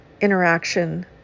interaction